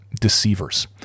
deceivers